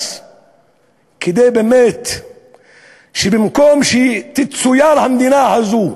כדי שבאמת במקום שתצויר המדינה הזו,